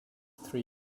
three